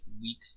weak